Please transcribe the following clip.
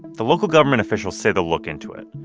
the local government officials say they'll look into it.